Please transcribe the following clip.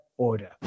order